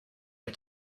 are